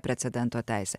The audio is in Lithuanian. precedento teise